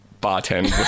bartender